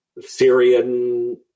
Syrian